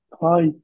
Hi